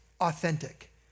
authentic